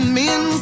men